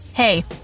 Hey